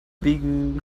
wegen